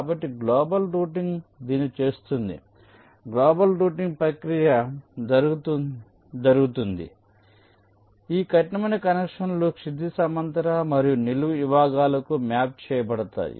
కాబట్టి global routing దీన్ని చేస్తుంది గ్లోబల్ రౌటింగ్ ప్రక్రియ జరుగుతుంది కాబట్టి ఈ కఠినమైన కనెక్షన్లు క్షితిజ సమాంతర మరియు నిలువు విభాగాలకు మ్యాప్ చేయబడతాయి